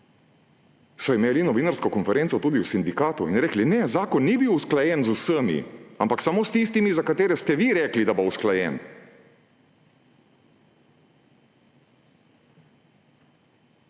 so imeli novinarsko konferenco tudi v sindikatu in rekli, ne, zakon ni bil usklajen z vsemi, ampak samo s tistimi, za katere ste vi rekli, da bo usklajen.